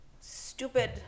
stupid